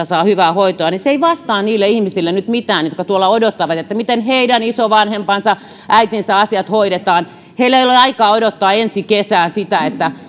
saa hyvää hoitoa ei vastaa nyt mitään niille ihmisille jotka tuolla odottavat miten heidän isovanhempiensa äitinsä asiat hoidetaan heillä ei ole aikaa odottaa ensi kesään sitä että